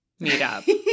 meetup